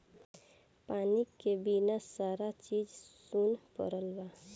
पानी के बिना सारा चीजे सुन परल बा